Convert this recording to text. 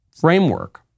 framework